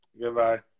Goodbye